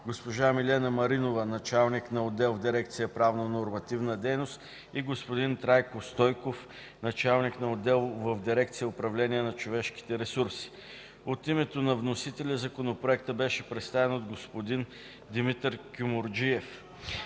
госпожа Милена Маринова – началник на отдел в дирекция „Правно-нормативна дейност”, и господин Трайко Стойков – началник на отдел в дирекция „Управление на човешките ресурси”. От името на вносителя Законопроектът беше представен от господин Димитър Кюмюрджиев.